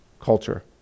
culture